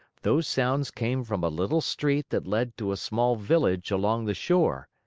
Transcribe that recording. those sounds came from a little street that led to a small village along the shore.